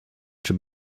czy